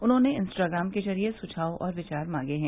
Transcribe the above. उन्होंने इंस्टाग्राम के ज़रिये सुझाव और विचार मांगे हैं